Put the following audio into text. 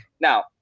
Now